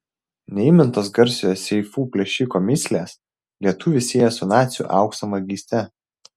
neįmintos garsiojo seifų plėšiko mįslės lietuvį sieja su nacių aukso vagyste